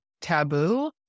taboo